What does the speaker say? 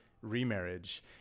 remarriage